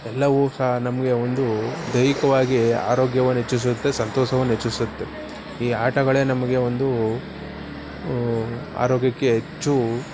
ಎಲ್ಲವೂ ಸಹ ನಮಗೆ ಒಂದು ದೈಹಿಕವಾಗಿ ಆರೋಗ್ಯವನ್ನ ಹೆಚ್ಚಿಸುತ್ತೆ ಸಂತೋಷವನ್ನ ಹೆಚ್ಚಿಸುತ್ತೆ ಈ ಆಟಗಳೇ ನಮಗೆ ಒಂದು ಆರೋಗ್ಯಕ್ಕೆ ಹೆಚ್ಚು